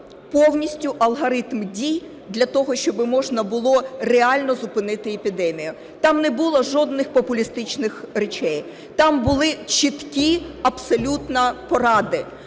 повністю алгоритм дій для того, щоб можна було реально зупинити епідемію. Там не було жодних популістичних речей, там були чіткі абсолютно поради.